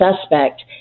suspect